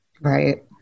Right